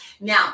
now